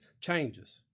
changes